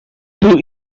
two